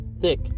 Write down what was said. thick